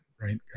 right